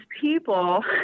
people